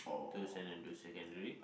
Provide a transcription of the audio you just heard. to Saint-Andrew's Secondary